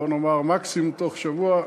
בוא נאמר בתוך מקסימום שבוע,